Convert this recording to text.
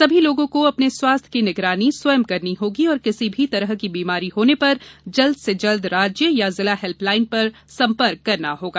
सभी लोगों को अपने स्वास्थ्य की निगरानी स्वयं करनी होगी और किसी भी तरह की बीमारी होने पर जल्द से जल्द राज्य या जिला हेल्पलाइन पर सम्पर्क करना होगा